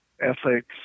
ethics